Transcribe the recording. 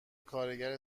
کارگر